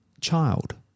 child